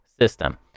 system